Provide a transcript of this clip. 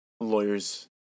lawyers